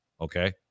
okay